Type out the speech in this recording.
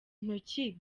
ntoki